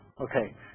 Okay